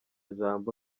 jambo